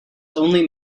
only